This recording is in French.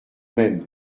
même